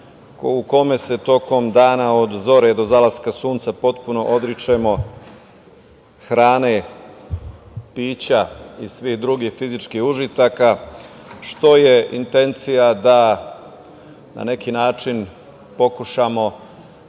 u kome se tokom dana, od zore do zalaska sunca, potpuno odričemo hrane, pića i svih drugih fizičkih užitaka, što je intencija da na neki način pokušamo